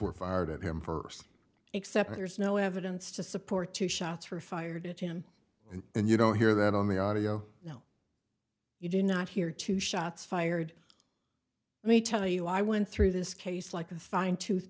were fired at him first except there's no evidence to support two shots were fired at him and and you don't hear that on the audio you do not hear two shots fired let me tell you i went through this case like a fine tooth